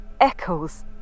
echoes